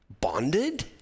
bonded